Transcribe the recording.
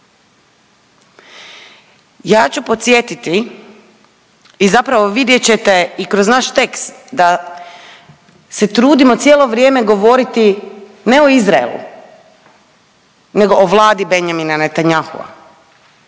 Ja ću podsjetiti i zapravo vidjet ćete i kroz naš tekst da se trudimo cijelo vrijeme govoriti ne o Izraelu nego o vladi Benjamina Netanyahua